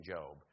Job